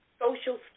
social